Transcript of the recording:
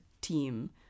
team